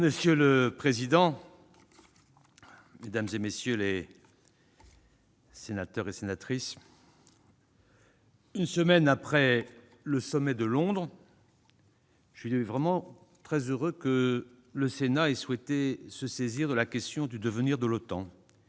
Monsieur le président, mesdames les sénatrices, messieurs les sénateurs, une semaine après le sommet de Londres, je suis très heureux que le Sénat ait souhaité se saisir de la question du devenir de l'OTAN.